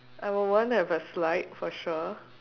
I would want to have a slide for sure